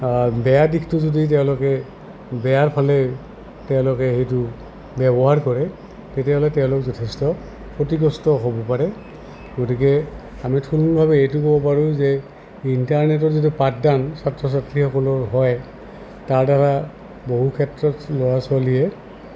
বেয়া দিশটো যদি তেওঁলোকে বেয়াৰ ফালে তেওঁলোকে সেইটো ব্যৱহাৰ কৰে তেতিয়াহ'লে তেওঁলোক যথেষ্ট ক্ষতিগ্ৰস্ত হ'ব পাৰে গতিকে আমি এইটো ক'ব পাৰোঁ যে ইণ্টাৰনেটৰ যদি পাঠদান ছাত্ৰ ছাত্ৰীসকলৰ হয় তাৰ দ্বাৰা বহু ক্ষেত্ৰত ল'ৰা ছোৱালীয়ে